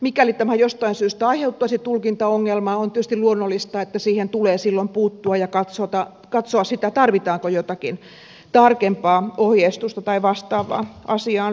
mikäli tämä jostain syystä aiheuttaisi tulkintaongelmaa on tietysti luonnollista että siihen tulee silloin puuttua ja katsoa tarvitaanko jotakin tarkempaa ohjeistusta tai vastaavaa asiaan liittyen